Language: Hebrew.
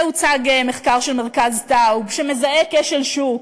הוצג מחקר של מרכז טאוב שמזהה כשל שוק,